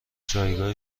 جایگاه